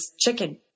chicken